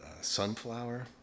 sunflower